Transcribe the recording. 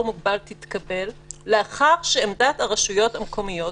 מוגבל תתקבל לאחר שעמדת הרשויות המקומיות,